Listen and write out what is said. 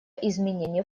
изменения